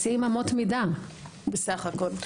מציעים אמות מידה בסך הכול.